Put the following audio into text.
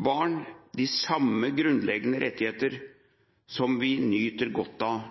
barn de samme grunnleggende rettigheter som vi nyter godt av